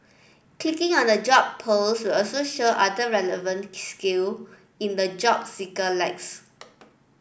clicking on a job post will also show other relevant skill in the job seeker lacks